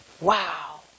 Wow